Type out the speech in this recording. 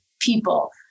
people